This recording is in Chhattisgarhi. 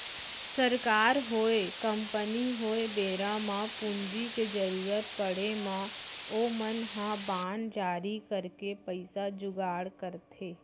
सरकार होय, कंपनी होय बेरा म पूंजी के जरुरत पड़े म ओमन ह बांड जारी करके पइसा जुगाड़ करथे